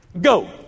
go